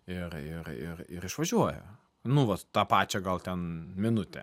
ir ir ir ir išvažiuoja nu vat tą pačią gal ten minutę